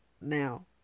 Now